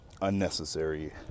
unnecessary